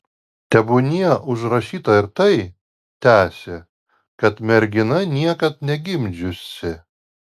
tebūnie užrašyta ir tai tęsė kad mergina niekad negimdžiusi